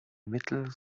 mittel